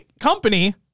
company